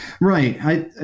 Right